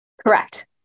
Correct